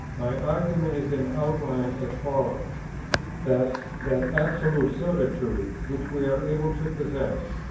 my argument is in outline as follows that that absolute certitude which we were able to possess,